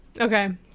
Okay